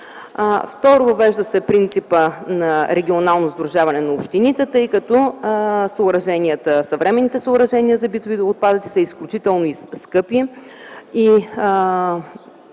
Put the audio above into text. Второ, въвежда се принципът на регионално сдружаване на общините, тъй като съвременните съоръжения за битови отпадъци са изключително скъпи.